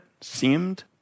seemed